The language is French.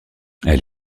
elle